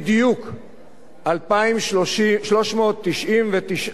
2,399 משרתים בשירות